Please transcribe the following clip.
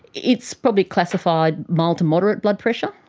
it's probably classified mild-to-moderate blood pressure.